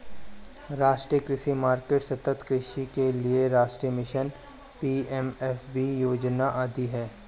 राष्ट्रीय कृषि मार्केट, सतत् कृषि के लिए राष्ट्रीय मिशन, पी.एम.एफ.बी योजना आदि है